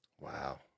Wow